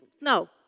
No